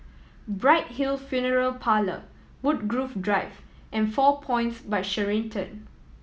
Bright Hill Funeral Parlour Woodgrove Drive and Four Points By Sheraton